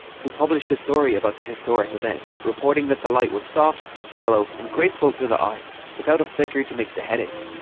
who published a story about the historic event, reporting that the light was soft, mellow and graceful to the eye without a flicker to make the headache.